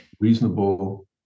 reasonable